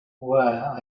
well